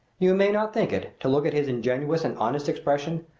you may not think it, to look at his ingenuous and honest expression,